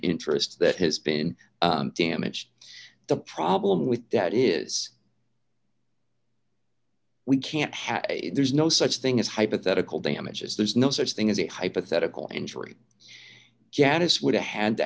interests that has been damaged the problem with that is we can't have there's no such thing as hypothetical damages there's no such thing as a hypothetical injury janice woulda had to